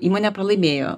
įmonė pralaimėjo